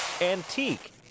antique